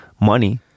money